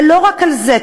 ולא רק על זה,